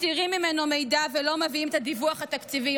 מסתירים ממנו מידע ולא מביאים את הדיווח התקציבי,